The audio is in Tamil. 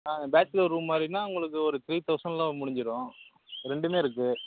ஆ பேச்சுலர் ரூம் மாதிரின்னா உங்களுக்கு ஒரு த்ரீ தௌசண்ட்டில் முடிச்சிரும் ரெண்டுமே இருக்கு